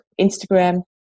Instagram